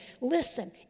Listen